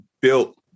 built